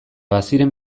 baziren